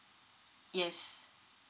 yes